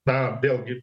na vėlgi